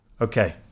okay